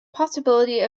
possibility